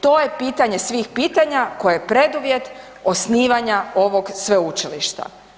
To je pitanje svih pitanja koje je preduvjet osnivanja ovog sveučilišta.